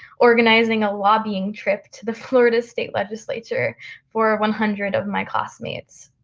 organizing a lobbying trip to the florida state legislature for one hundred of my classmates.